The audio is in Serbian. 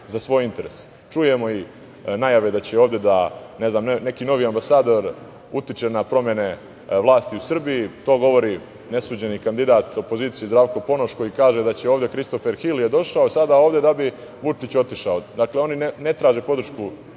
za svoj interes. Čujemo i najave da će ovde neki novi ambasador da utiče na promene vlasti u Srbiji. To govori nesuđeni kandidat opozicije Zdravko Ponoš koji kaže da je ovde Kristofer Hil došao da bi Vučić otišao. Dakle, oni ne traže podršku